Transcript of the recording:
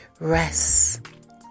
Rest